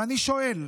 ואני שואל: